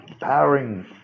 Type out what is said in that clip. powering